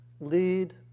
lead